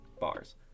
bars